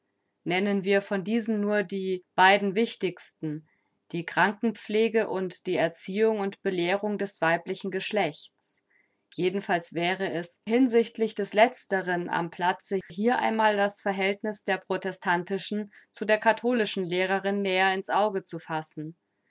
nennen wir von diesen nur die beiden wichtigsten die krankenpflege und die erziehung und belehrung des weiblichen geschlechts jedenfalls wäre es hinsichtlich des letzteren am platze hier einmal das verhältniß der protestantischen zu der katholischen lehrerin näher in's auge zu fassen